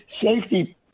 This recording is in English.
safety